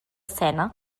escena